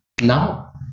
Now